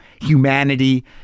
humanity